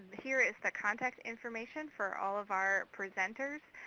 here is the contact information for all of our presenters.